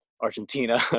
Argentina